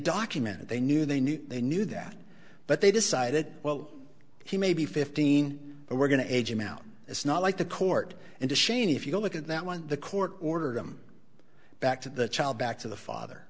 document that they knew they knew they knew that but they decided well he may be fifteen but we're going to age him out it's not like the court and to shane if you look at that one the court ordered him back to the child back to the father